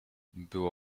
było